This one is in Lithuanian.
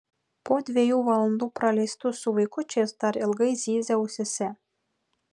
po dviejų valandų praleistų su vaikučiais dar ilgai zyzė ausyse